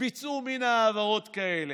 ביצעו מין העברות כאלה,